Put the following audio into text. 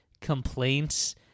complaints